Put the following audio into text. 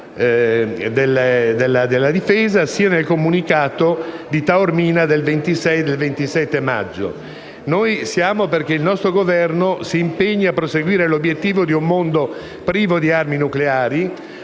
della difesa, sia nel Comunicato di Taormina del 26 e 27 maggio. Noi siamo perché il nostro Governo si impegni a perseguire l'obiettivo di un mondo privo di armi nucleari,